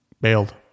bailed